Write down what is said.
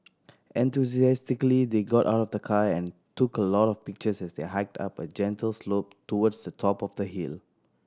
enthusiastically they got out of the car and took a lot of pictures as they hiked up a gentle slope towards the top of the hill